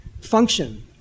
function